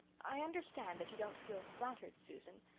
i understand that you don't feel flattered, susan.